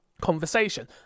conversation